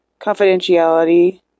confidentiality